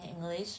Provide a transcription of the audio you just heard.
English